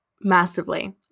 massively